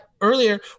earlier